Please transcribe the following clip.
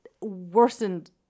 worsened